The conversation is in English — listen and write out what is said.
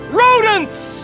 rodents